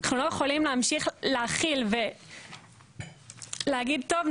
אנחנו לא יכולים להמשיך להכיל ולהגיד טוב,